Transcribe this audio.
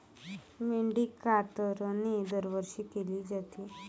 मेंढी कातरणे दरवर्षी केली जाते